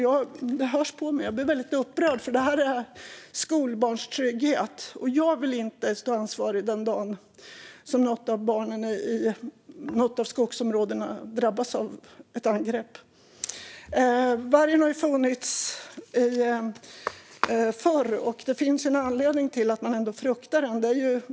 Det hörs på mig att jag blir väldigt upprörd. Det här rör skolbarns trygghet. Jag vill inte stå ansvarig den dagen ett barn i något av skogsområdena drabbas av ett angrepp. Vargen har ju funnits här förr, och det finns ändå en anledning till att man fruktar den.